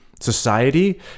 society